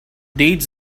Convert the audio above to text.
deeds